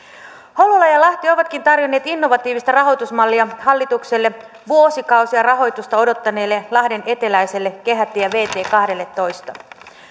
hollola ja lahti ovatkin tarjonneet innovatiivista rahoitusmallia hallitukselle vuosikausia rahoitusta odottaneelle lahden eteläiselle kehätielle vt kahdelletoista